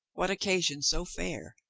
what occasion so fair?